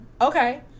okay